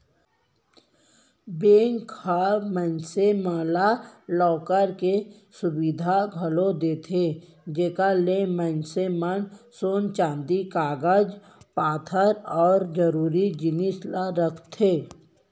bank ह मनसे मन ला लॉकर के सुबिधा घलौ देथे जेकर ले मनसे मन सोन चांदी कागज पातर अउ जरूरी जिनिस ल राखथें